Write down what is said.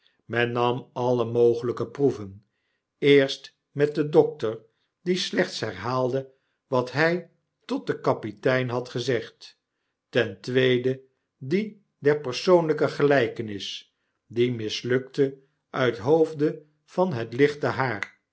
men nam alle mogelyke proeven eerst met den dokter die slechts herhaalde wat hy tot den kapitein had gezegd ten tweede die der persoonlyke gelijkenis die mislukte uit hoofde van het lichte haar